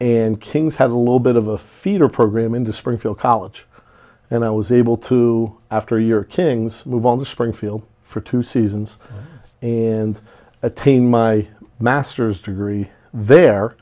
and kings had a little bit of a feeder program in the springfield college and i was able to after year king's move on the springfield for two seasons and attain my master's degree there